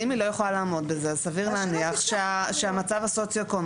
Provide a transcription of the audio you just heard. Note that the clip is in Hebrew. אם היא לא יכולה לעמוד בזה אז סביר להניח שהמצב הסוציואקונומי